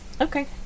Okay